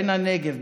בן הנגב,